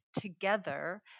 together